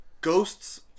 ghosts